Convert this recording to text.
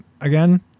again